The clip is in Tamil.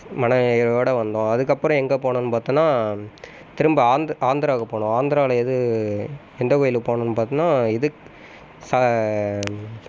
மனம் இதோடு வந்தோம் அதுக்கு அப்புறம் எங்கே போனோம்னு பார்த்தன்னா திரும்ப ஆந்திராவுக்கு போனோம் ஆந்திராவில் எது எந்த கோயிலுக்கு போனோம்னு பார்த்தன்னா இதுக்கு சா